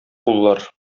куллар